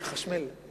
מחשמל.